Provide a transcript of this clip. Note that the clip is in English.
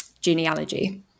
genealogy